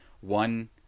one